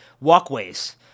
walkways